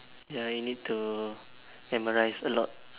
ya you need to memorize a lot